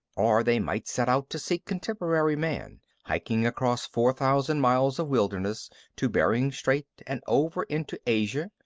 or they might set out to seek contemporary man, hiking across four thousand miles of wilderness to bering strait and over into asia.